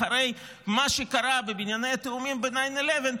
אחרי מה שקרה בבנייני התאומים ב-11 בספטמבר,